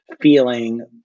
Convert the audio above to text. feeling